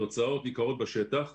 התוצאות ניכרות בשטח ועדיין,